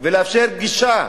ולאפשר גישה,